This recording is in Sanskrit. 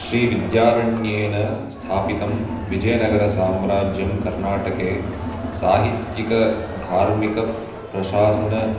श्रीविद्यारण्येन स्थापितं विजयनगरसाम्राज्यं कर्नाटके साहित्तिकधार्मिकप्रशासन